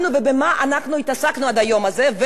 ומה קורה ברגע האחרון?